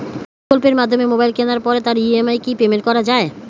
Google পের মাধ্যমে mobile কেনার পরে তার ই.এম.আই কি পেমেন্ট করা যায়?